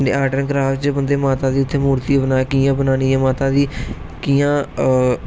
art and craft च बंदे गी माता दी उत्थै मूर्ती बनागे कियां बनानी ऐ माता दी कियां हां